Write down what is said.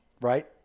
right